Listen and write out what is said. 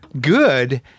good